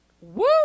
Woo